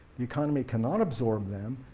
the economy cannot absorb them,